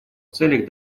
целях